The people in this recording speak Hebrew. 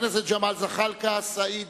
חברי הכנסת ג'מאל זחאלקה, סעיד